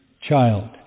child